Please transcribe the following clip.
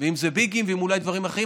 אם זה ביג ואולי דברים אחרים.